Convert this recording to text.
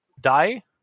die